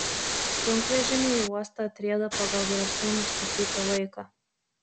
sunkvežimiai į uostą atrieda pagal griežtai nustatytą laiką